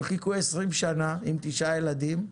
הם חיכו 20 שנה עם תשעה ילדים,